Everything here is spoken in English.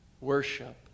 worship